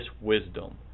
wisdom